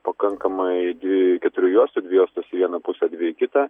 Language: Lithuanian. pakankamai dvi keturių juostų dvi juostos į vieną pusę dvi į kitą